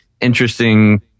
interesting